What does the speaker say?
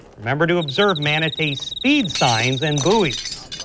remember to observe manatee speed signs and buoys.